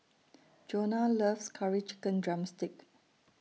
Jonna loves Curry Chicken Drumstick